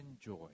joy